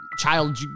Child